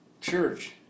Church